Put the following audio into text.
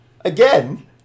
Again